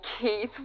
Keith